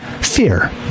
Fear